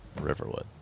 Riverwood